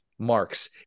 marks